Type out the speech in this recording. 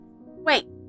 Wait